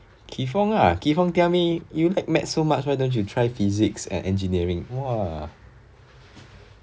ki fong ah ki fong tell me you like maths so much why don't you try physics and engineering !wah!